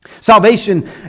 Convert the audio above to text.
Salvation